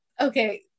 Okay